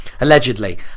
allegedly